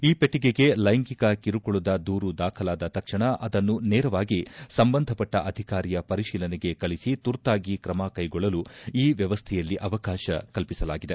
ಈ ಪೆಟ್ಟಿಗೆಗೆ ಲೈಂಗಿಕ ಕಿರುಕುಳದ ದೂರು ದಾಖಲಾದ ತಕ್ಷಣ ಅದನ್ನು ನೇರವಾಗಿ ಸಂಬಂಧ ಪಟ್ಟ ಅಧಿಕಾರಿಯ ಪರಿಶೀಲನೆಗೆ ಕಳಿಸಿ ತುರ್ತಾಗಿ ಕ್ರಮ ಕೈಗೊಳ್ಳಲು ಈ ವ್ವವಸ್ಥೆಯಲ್ಲಿ ಅವಕಾಶ ಕಲ್ಪಿಸಲಾಗಿದೆ